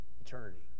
eternity